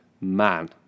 Man